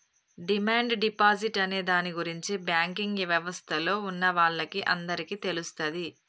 demand deposit అనే దాని గురించి బ్యాంకింగ్ యవస్థలో ఉన్నవాళ్ళకి అందరికీ తెలుస్తది